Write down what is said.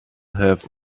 have